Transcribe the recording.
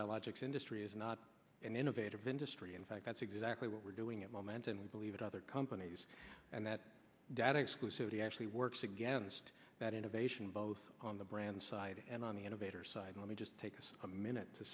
biologics industry is not an innovative industry in fact that's exactly what we're doing at moment and we believe it other companies and that data exclusivity actually works against that innovation both on the brand side and on the innovator side let me just take a minute to